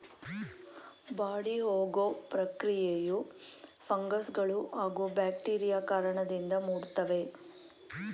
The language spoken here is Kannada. ಬಾಡಿಹೋಗೊ ಪ್ರಕ್ರಿಯೆಯು ಫಂಗಸ್ಗಳೂ ಹಾಗೂ ಬ್ಯಾಕ್ಟೀರಿಯಾ ಕಾರಣದಿಂದ ಮುದುಡ್ತವೆ